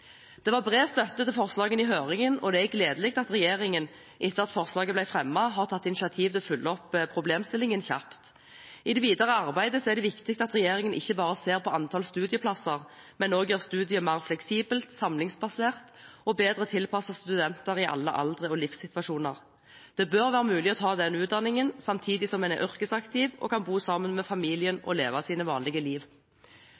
Det var bred støtte til forslagene i høringen, og det er gledelig at regjeringen, etter at forslaget ble fremmet, har tatt initiativ til å følge opp problemstillingen kjapt. I det videre arbeidet er det viktig at regjeringen ikke bare ser på antall studieplasser, men også gjør studiet mer fleksibelt, samlingsbasert og bedre tilpasset studenter i alle aldre og livssituasjoner. Det bør være mulig å ta denne utdanningen samtidig som man er yrkesaktiv og kan bo sammen med familien